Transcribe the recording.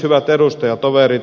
hyvät edustajatoverit